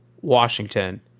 Washington